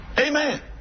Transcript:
Amen